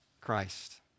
Christ